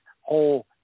whole